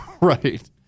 Right